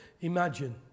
imagine